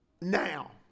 now